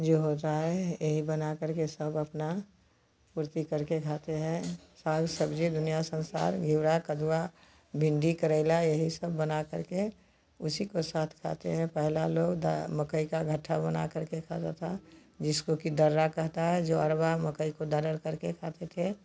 जो होता है यही बना करके सब अपनी पूर्ति करके खाते हैं साग सब्ज़ी दुनिया संसार घिउरा कदुआ भिन्डी करैला यही सब बना करके उसी के साथ खाते हैं पहला लोग दा मकई का घट्टा बना करके खाता था जिसको कि दर्रा कहता है जो अरवा मकई को दरड़ करके खाते थे